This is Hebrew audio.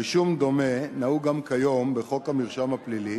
רישום דומה נהוג גם כיום בחוק המרשם הפלילי